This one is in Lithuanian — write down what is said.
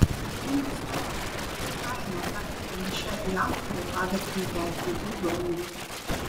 merginos noras bet kokia kaina tapti panašia į aktorę pavertė ją gyvu zombiu